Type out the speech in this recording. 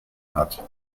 hat